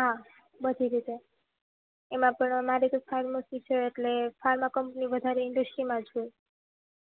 એમાં પણ અમારે તો ફાર્મસી છે એટલે ફાર્મા કંપની વધારે ઈન્ડસ્ટ્રીમાં જ હોય